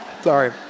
Sorry